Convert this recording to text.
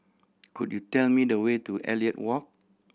could you tell me the way to Elliot Walk